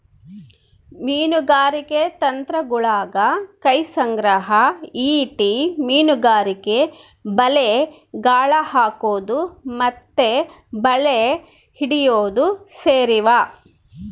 ಮೀನುಗಾರಿಕೆ ತಂತ್ರಗುಳಗ ಕೈ ಸಂಗ್ರಹ, ಈಟಿ ಮೀನುಗಾರಿಕೆ, ಬಲೆ, ಗಾಳ ಹಾಕೊದು ಮತ್ತೆ ಬಲೆ ಹಿಡಿಯೊದು ಸೇರಿವ